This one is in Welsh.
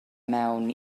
mewn